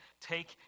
take